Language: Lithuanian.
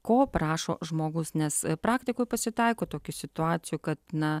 ko prašo žmogus nes praktikoj pasitaiko tokių situacijų kad na